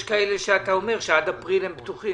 כאלה שאתה אומר שעד אפריל הם פתוחים?